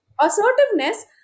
Assertiveness